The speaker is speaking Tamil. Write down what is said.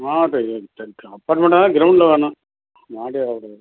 மாடி அப்பார்ட்மெண்ட்டாக இருந்தாலும் க்ரௌண்ட்டில் தானே மாடி வராதுல